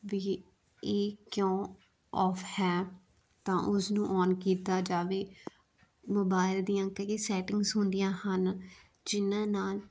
ਵੀ ਇ ਇਹ ਕਿਉਂ ਔਫ ਹੈ ਤਾਂ ਉਸਨੂੰ ਆਨ ਕੀਤਾ ਜਾਵੇ ਮੋਬਾਇਲ ਦੀਆਂ ਕਈ ਸੈਟਿੰਗਸ ਹੁੰਦੀਆਂ ਹਨ ਜਿਨ੍ਹਾਂ ਨਾਲ